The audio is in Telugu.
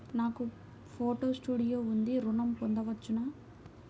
నాకు ఫోటో స్టూడియో ఉంది ఋణం పొంద వచ్చునా?